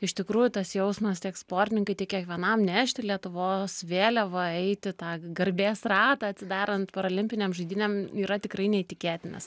iš tikrųjų tas jausmas tiek sportininkui tiek kiekvienam nešti lietuvos vėliavą eiti tą garbės ratą atsidarant paralimpinėm žaidynėm yra tikrai neįtikėtinas